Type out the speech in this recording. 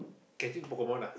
catching Pokemon ah